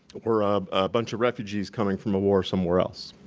or um a bunch of refugees coming from a war somewhere else.